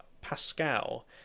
pascal